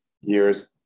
years